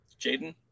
Jaden